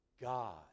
God